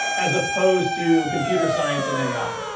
as opposed to computer science and ai.